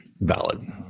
Valid